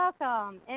welcome